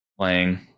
playing